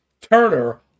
Turner